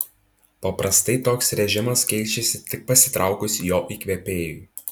paprastai toks režimas keičiasi tik pasitraukus jo įkvėpėjui